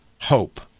hope